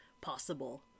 possible